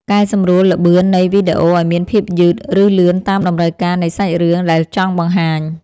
កែសម្រួលល្បឿននៃវីដេអូឱ្យមានភាពយឺត ឬ លឿនតាមតម្រូវការនៃសាច់រឿងដែលចង់បង្ហាញ។